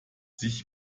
sich